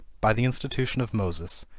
by the institution of moses,